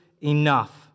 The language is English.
enough